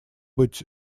быть